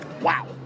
Wow